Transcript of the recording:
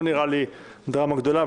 זו לא נראית לי דרמה גדולה,